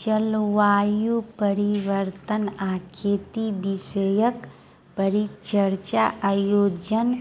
जलवायु परिवर्तन आ खेती विषयक परिचर्चाक आयोजन